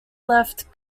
left